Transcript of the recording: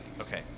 Okay